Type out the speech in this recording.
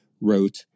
wrote